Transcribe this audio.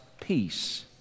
peace